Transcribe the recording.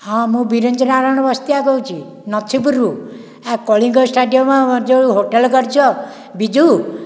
ହଁ ମୁଁ ବିରଞ୍ଚି ନାରାୟଣ ବସ୍ତିଆ କହୁଛି ନଛିପୁରରୁ ଆଉ କଳିଙ୍ଗ ଷ୍ଟାଡିଅମ ଯେଉଁ ହୋଟେଲ୍ କରିଛ ବିଜୁ